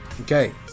Okay